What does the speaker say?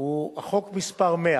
הוא חוק מס' 100